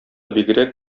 бигрәк